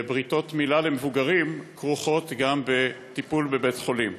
ובריתות מילה למבוגרים כרוכות גם בטיפול בבית-חולים.